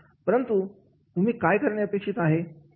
परंतु तुम्ही काय करणे अपेक्षित आहे